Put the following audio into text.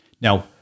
Now